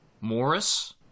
Morris